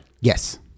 Yes